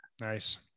nice